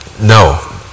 No